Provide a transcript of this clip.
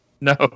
no